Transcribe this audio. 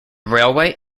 railway